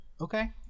Okay